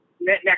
next